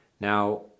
Now